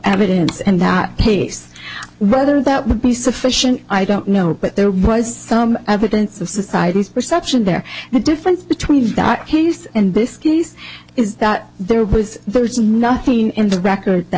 evidence and that pace whether that would be sufficient i don't know but there was some evidence of society's perception there the difference between that case and this case is that there was nothing in the record th